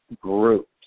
groups